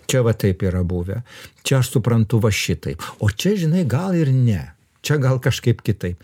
čia vat taip yra buvę čia aš suprantu va šitaip o čia žinai gal ir ne čia gal kažkaip kitaip